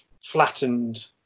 flattened